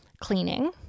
cleaning